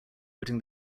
putting